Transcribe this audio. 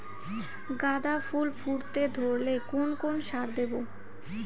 গাদা ফুল ফুটতে ধরলে কোন কোন সার দেব?